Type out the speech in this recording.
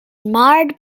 marred